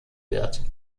wird